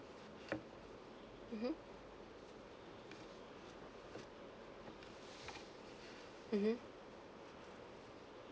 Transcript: mmhmm mmhmm